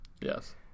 Yes